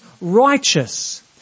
righteous